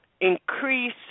increase